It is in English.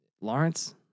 Lawrence